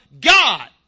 God